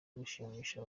gushimisha